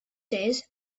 days